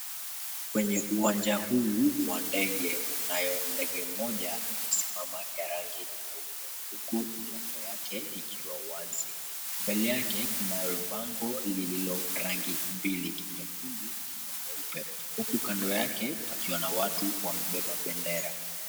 Kwenye uwanja huu wa ndege kunayo ndege moja imesimama ya rangi nyeupe huku milango yake ikiwa wazi. Mbele yake kunalo bango lililo rangi mbili; nyekundu na nyeupe, huku kando yake pakiwa na watu wamebeba bendera.